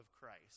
Christ